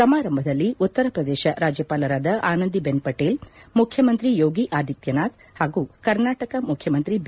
ಸಮಾರಂಭದಲ್ಲಿ ಉತ್ತರ ಪ್ರದೇಶ ರಾಜ್ಯಪಾಲರಾದ ಆನಂದಿಬೆನ್ ಪಟೇಲ್ ಮುಖ್ಯಮಂತ್ರಿ ಯೋಗಿ ಆದಿತ್ತನಾಥ್ ಹಾಗೂ ಕರ್ನಾಟಕ ಮುಖ್ಯಮಂತ್ರಿ ಬಿ